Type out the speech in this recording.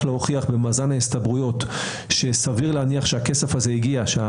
להוכיח במאזן ההסתברויות שסביר להניח שהכסף הזה הגיע,